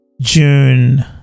June